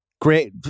Great